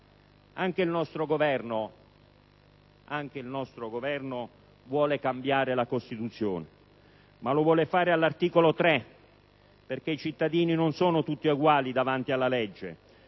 Anche il nostro Governo vuole cambiare la Costituzione, ma lo vuole fare all'articolo 3, perché i cittadini non sono tutti eguali davanti alla legge,